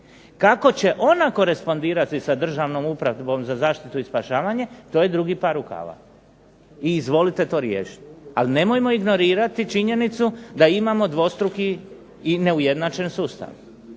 Kako će ona korenspodirati Državnom upravo za zaštitu i spašavanje to je drugi par rukava i izvolite to riješiti. Ali nemojmo ignorirati činjenicu da imamo dvostruki i neujednačen sustav.